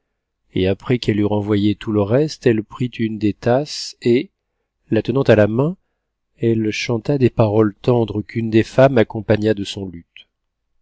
et après qu'elle eut renvoyé tout le reste elle prit une des tasses et la tenant à la main elle chanta des paroles tendres qu'une des femmes accompagna de son luth